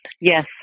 Yes